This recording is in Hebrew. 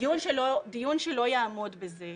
דיון שלא יעמוד בזה,